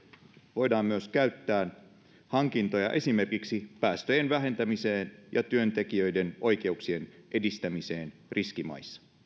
voidaan myös käyttää hankintoja esimerkiksi päästöjen vähentämiseen ja työntekijöiden oikeuksien edistämiseen riskimaissa